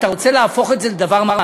אתה רוצה להפוך את זה לדבר מעשי?